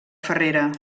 ferrera